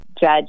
judge